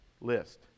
list